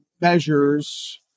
measures